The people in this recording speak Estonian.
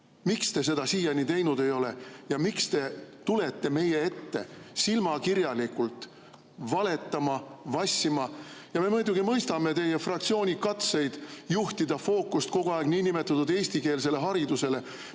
Miks te seda siiani teinud ei ole ja miks te tulete meie ette silmakirjalikult valetama‑vassima? Me muidugi mõistame teie fraktsiooni katseid [suunata] fookus kogu aeg niinimetatud eestikeelsele haridusele,